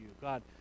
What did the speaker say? God